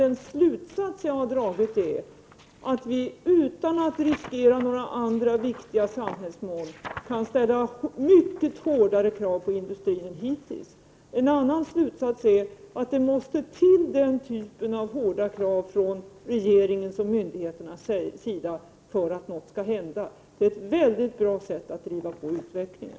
Jag har dock dragit slutsatsen att vi kan ställa mycket hårdare krav på industrin än hittills utan att riskera några andra viktiga samhällsmål. En annan slutsats är att det måste till den typen av hårda krav från regeringens och myndigheternas sida för att någonting skall hända. Det är ett mycket bra sätt att driva på utvecklingen.